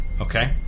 Okay